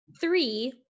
three